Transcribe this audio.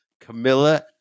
Camilla